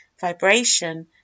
vibration